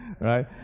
right